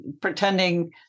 pretending